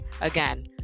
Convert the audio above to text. again